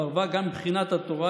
חרבה גם מבחינת התורה,